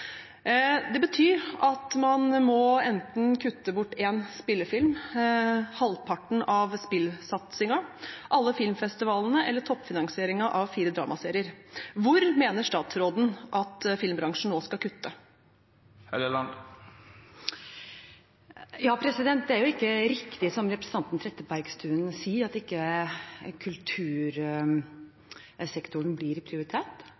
Det betyr at man enten må kutte bort en spillefilm, halvparten av spillsatsingen, alle filmfestivalene eller toppfinansieringen av fire dramaserier. Hvor mener statsråden at filmbransjen nå skal kutte? Det er ikke riktig som representanten Trettebergstuen sier, at ikke kultursektoren blir prioritert.